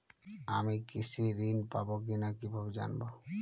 আমি কৃষি ঋণ পাবো কি না কিভাবে জানবো?